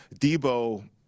Debo